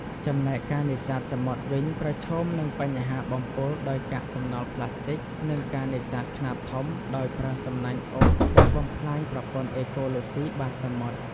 ចំណែកការនេសាទសមុទ្រវិញ ប្រឈមនឹងបញ្ហាបំពុលដោយកាកសំណល់ប្លាស្ទិក និងការនេសាទខ្នាតធំដោយប្រើសំណាញ់អូសដែលបំផ្លាញប្រព័ន្ធអេកូឡូស៊ីបាតសមុទ្រ។